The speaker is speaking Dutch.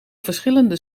verschillende